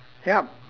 yup